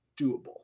doable